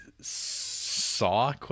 Saw